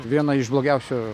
viena iš blogiausių